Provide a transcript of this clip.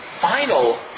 final